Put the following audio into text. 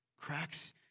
Cracks